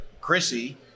Chrissy